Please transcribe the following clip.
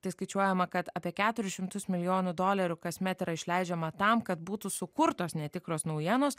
tai skaičiuojama kad apie keturis šimtus milijonų dolerių kasmet yra išleidžiama tam kad būtų sukurtos netikros naujienos